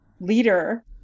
leader